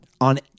on